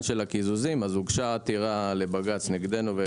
הקיזוזים הוגשה עתירה לבג"ץ נגדנו ונגד משרד התחבורה.